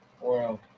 Wow